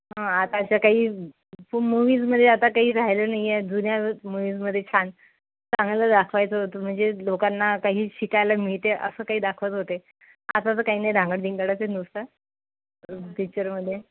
हां आताच्या काही मूवीजमध्ये आता काही राहिलं नाही आहे जुन्या मुव्हीजमध्ये छान चांगलं दाखवायचं होतं म्हणजे लोकांना काही शिकायला मिळते असं काही दाखवत होते आताचं काही नाही रांगडबिंगडचं आहे नुसता पिच्चरमध्ये